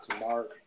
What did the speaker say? Mark